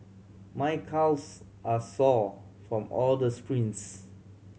my calves are sore from all the sprints